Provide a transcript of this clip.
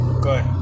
Good